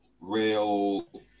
real